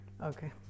okay